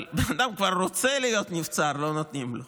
אבל בן אדם כבר רוצה להיות נבצר ולא נותנים לו.